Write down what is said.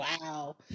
wow